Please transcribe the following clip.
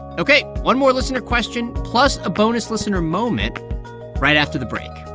ok, one more listener question plus a bonus listener moment right after the break